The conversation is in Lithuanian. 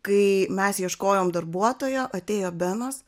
kai mes ieškojom darbuotojo atėjo benas